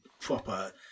proper